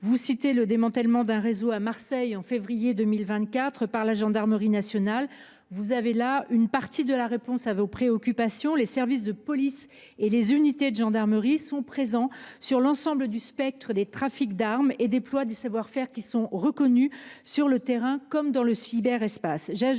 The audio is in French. Vous citez le démantèlement d’un réseau à Marseille au mois de février 2024 par la gendarmerie nationale. Vous avez là une partie de la réponse à vos préoccupations. Les services de police et les unités de gendarmerie sont présents sur l’ensemble du spectre des trafics d’armes et déploient des savoir faire reconnus sur le terrain comme dans le cyberespace.